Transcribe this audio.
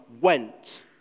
went